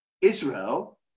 Israel